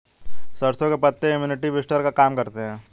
सरसों के पत्ते इम्युनिटी बूस्टर का काम करते है